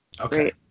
Okay